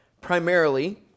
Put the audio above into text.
primarily